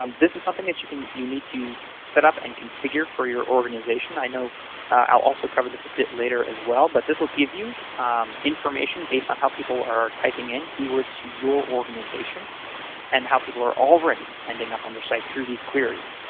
um this is something that you you need to set up and configure for your organization. i know i'll also cover this a bit later as well, but this will give you information based on how people are typing in keywords to your organization and how people are already ending up on your site through these queries.